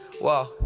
Wow